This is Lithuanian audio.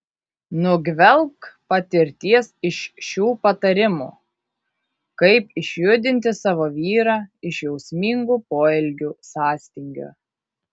nugvelbk patirties iš šių patarimų kaip išjudinti savo vyrą iš jausmingų poelgių sąstingio